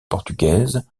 portugaise